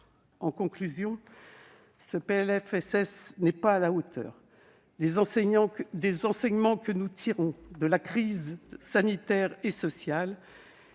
En conclusion, ce PLFSS n'est pas à la hauteur des enseignements que nous tirons de la crise sanitaire et sociale.